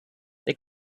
they